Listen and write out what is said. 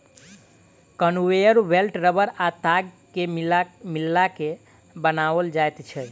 conveyor belt रबड़ आ ताग के मिला के बनाओल जाइत छै